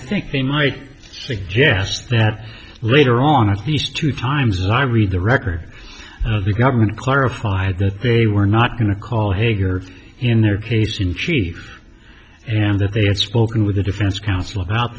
think they might suggest that later on as these two times i read the record of the government clarified that they were not going to call hagar in their case in chief and that they had spoken with the defense counsel about